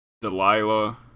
Delilah